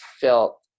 felt